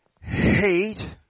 hate